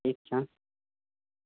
ठीक छह